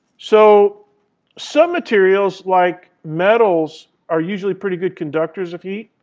so some materials like metals are usually pretty good conductors of heat,